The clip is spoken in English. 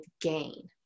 gain